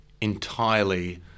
Entirely